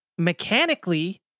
Mechanically